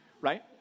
right